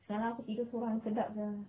semalam aku tidur seorang sedap sia